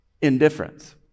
indifference